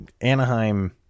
Anaheim